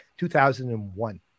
2001